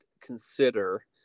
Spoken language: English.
consider